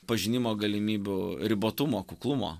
pažinimo galimybių ribotumo kuklumo